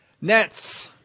Nets